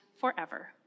forever